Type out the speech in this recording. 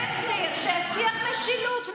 תירוצים, תירוצים.